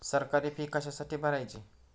सरकारी फी कशासाठी भरायची